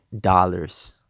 dollars